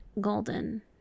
golden